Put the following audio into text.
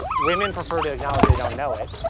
women prefer to acknowledge they don't know it,